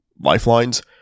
Lifelines